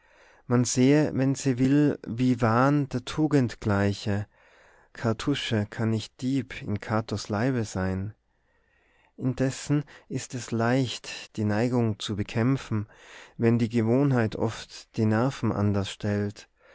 man sehe wenn sie will wie wahn der tugend gleiche cartouche kann nicht dieb in catos leibe sein indessen ist es leicht die neigung zu bekämpfen wenn die gewohnheit oft die nerven anders stellt